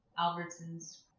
Albertsons